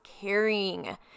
carrying